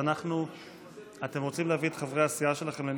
חברי הכנסת,